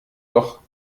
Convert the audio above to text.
doch